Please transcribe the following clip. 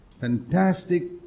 fantastic